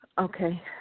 Okay